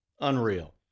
Unreal